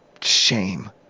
Shame